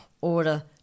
order